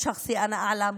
באופן אישי, אני יודעת.